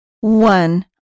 One